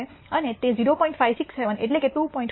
567 એટલે કે 2